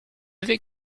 vais